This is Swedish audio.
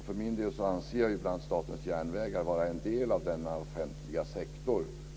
För min del anser jag Statens järnvägar vara en del av denna offentliga sektor.